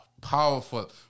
Powerful